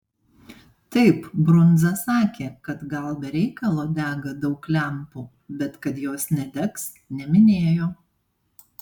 taip brundza sakė kad gal be reikalo dega daug lempų bet kad jos nedegs neminėjo